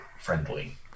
friendly